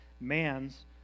man's